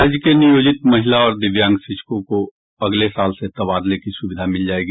राज्य के नियोजित महिला और दिव्यांग शिक्षकों को अगले साल से तबादले की सुविधा मिल जायेगी